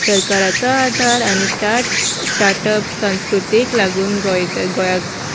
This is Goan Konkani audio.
सरकाराचो आदार आनी स्टाट स्टाटअप सांस्कृतीक लागून गोंय गोंयाक